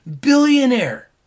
billionaire